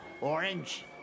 orange